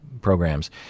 programs